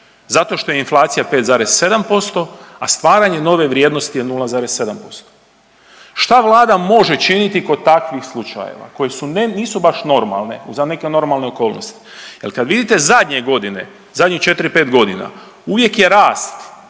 zašto što je inflacija 5,7%, a stvaranje nove vrijednosti je 0,7%. Šta Vlada može činiti kod takvih slučajeva koji su, ne, nisu baš normalne za neke normalne okolnosti jer kad vidite zadnje godine, zadnjih 4, 5 godina, uvijek je rast,